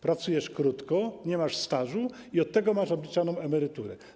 Pracujesz krótko, nie masz stażu i od tego masz obliczaną emeryturę.